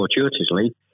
fortuitously